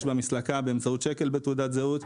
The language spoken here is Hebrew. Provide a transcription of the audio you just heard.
יש במסלקה באמצעות שקל בתעודת זהות.